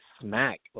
smack